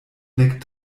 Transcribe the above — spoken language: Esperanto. nek